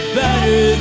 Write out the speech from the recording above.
better